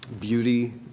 Beauty